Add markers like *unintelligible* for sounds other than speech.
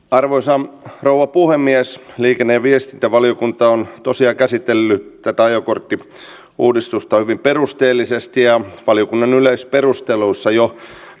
*unintelligible* arvoisa rouva puhemies liikenne ja viestintävaliokunta on tosiaan käsitellyt tätä ajokorttiuudistusta hyvin perusteellisesti ja valiokunnan yleisperusteluissa jo